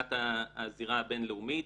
מבחינת הזירה הבינלאומית,